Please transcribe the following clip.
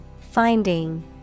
Finding